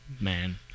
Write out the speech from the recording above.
man